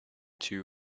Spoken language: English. two